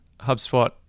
HubSpot